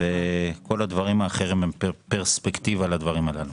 כל הדברים האחרים הם פרספקטיבה לדברים האלה.